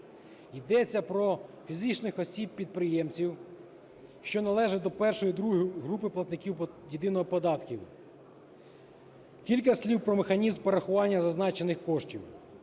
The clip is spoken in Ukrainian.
Йдеться про фізичних осіб-підприємців, що належать до І, ІІ групи платників єдиного податку. Кілька слів про механізм перерахування зазначених коштів.